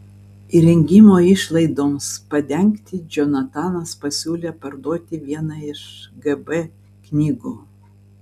įrengimo išlaidoms padengti džonatanas pasiūlė parduoti vieną iš gb knygų